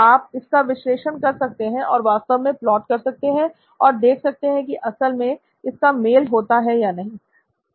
आप इसका विश्लेषण कर सकते हैं और वास्तव में प्लॉट कर सकते हैं और देख सकते हैं की असल में इसका मेल होता है या नहीं